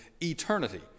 eternity